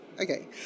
okay